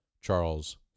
Charles